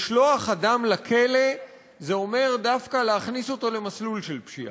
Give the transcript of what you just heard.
לשלוח אדם לכלא זה אומר דווקא להכניס אותו למסלול של פשיעה.